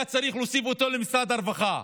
היה צריך להוסיף למשרד הרווחה,